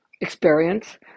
experience